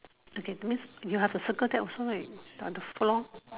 okay means you have to circle that also right on the floor